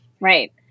Right